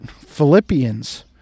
Philippians